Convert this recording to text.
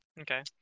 Okay